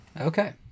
Okay